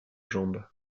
jambe